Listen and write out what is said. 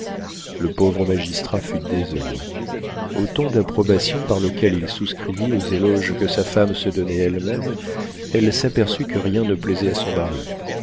le pauvre magistrat fut désolé au ton d'approbation par lequel il souscrivit aux éloges que sa femme se donnait elle-même elle s'aperçut que rien ne plaisait à son mari